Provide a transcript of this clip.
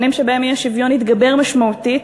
שנים שבהן האי-שוויון התגבר משמעותית,